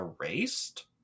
Erased